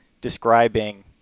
describing